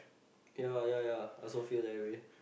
ya ya ya I also feel that way